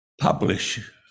publish